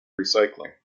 recycling